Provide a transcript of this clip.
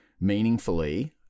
meaningfully